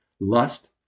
lust